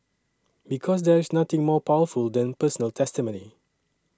because there is nothing more powerful than personal testimony